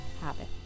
habit